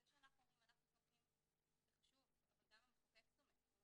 זה שאנחנו סומכים זה חשוב אבל גם המחוקק סומך.